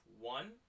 one